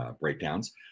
breakdowns